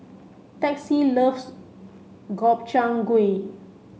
Texie loves Gobchang Gui